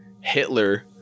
Hitler